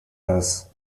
this